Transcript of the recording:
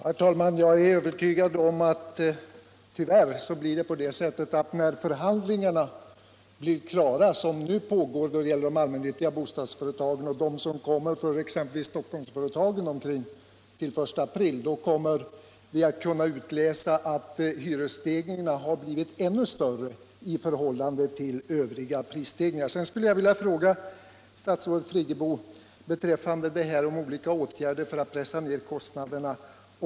Herr talman! Jag är övertygad om att när resultatet av förhandlingarna beträffande de allmännyttiga bostadsföretagen blir klart — och detta kommer exempelvis för Stockholmsföretagen att ske omkring den 1 april - kommer vi att kunna utläsa att hyresstegringarna tyvärr blivit ännu större än Övriga prisstegringar. Jag vill också ställa en fråga till statsrådet Friggebo, som berör möjligheterna att vidta åtgärder för att pressa ned kostnaderna.